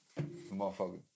Motherfucker